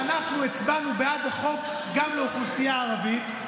אנחנו הצבענו בעד החוק גם לאוכלוסייה הערבית,